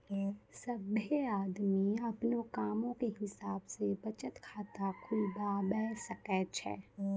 सभ्भे आदमी अपनो कामो के हिसाब से बचत खाता खुलबाबै सकै छै